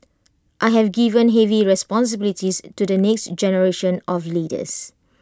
I have given heavy responsibilities to the next generation of leaders